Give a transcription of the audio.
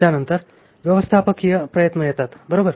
त्यानंतर व्यवस्थापकीय प्रयत्न येतात बरोबर